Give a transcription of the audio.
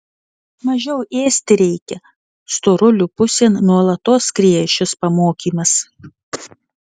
mažiau ėsti reikia storulių pusėn nuolatos skrieja šis pamokymas